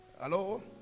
Hello